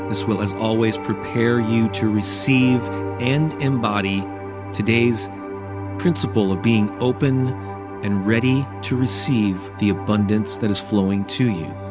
this will as always prepare you to receive and embody today's principle of being open and ready to receive the abundance that is flowing to you.